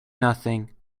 nothing